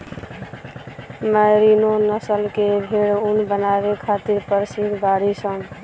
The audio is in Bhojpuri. मैरिनो नस्ल के भेड़ ऊन बनावे खातिर प्रसिद्ध बाड़ीसन